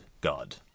God